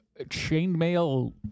chainmail